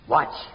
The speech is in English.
Watch